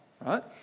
right